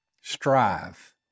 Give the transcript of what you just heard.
strive